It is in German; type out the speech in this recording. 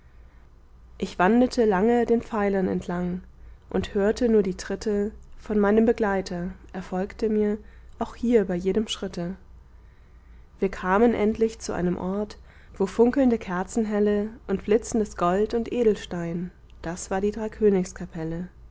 ich wandelte lange den pfeilern entlang und hörte nur die tritte von meinem begleiter er folgte mir auch hier bei jedem schritte wir kamen endlich zu einem ort wo funkelnde kerzenhelle und blitzendes gold und edelstein das war die drei königs kapelle